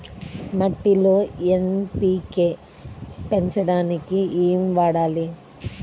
మట్టిలో ఎన్.పీ.కే పెంచడానికి ఏమి వాడాలి?